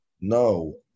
No